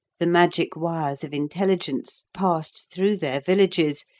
the magic wires of intelligence passed through their villages,